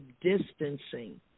distancing